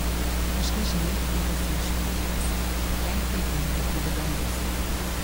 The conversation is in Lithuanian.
kažkas žemai griebiasi už plikės keikia indų chuliganus